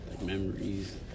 memories